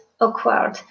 awkward